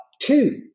two